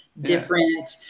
different